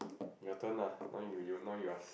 your turn lah now you you now you ask